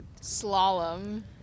slalom